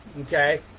Okay